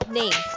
name